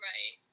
Right